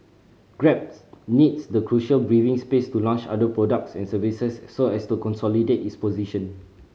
grab needs the crucial breathing space to launch other products and services so as to consolidate its position